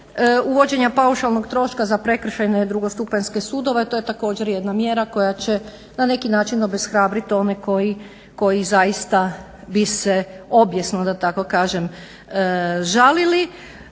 uvođenja paušalnog troška za prekršajne drugostupanjske sudove to je također jedna mjera koja će na neki način obeshrabrit one koji zaista bi se obijesno da